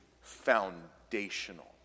foundational